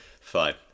fine